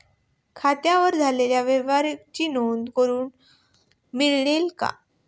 खात्यावर झालेल्या व्यवहाराची नोंद करून मिळेल का?